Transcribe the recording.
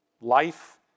Life